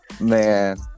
Man